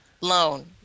loan